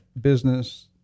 business